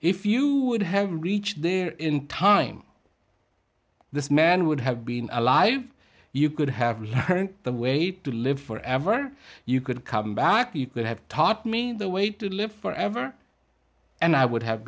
if you would have reached there in time this man would have been alive if you could have the way to live forever you could come back you could have taught me the way to live forever and i would have